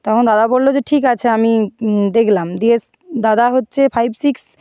তখন দাদা বললো যে ঠিক আছে আমি দেখলাম দিয়ে দাদা হচ্ছে ফাইভ সিক্স